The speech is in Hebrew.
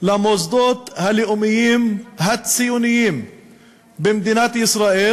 למוסדות הלאומיים הציוניים במדינת ישראל,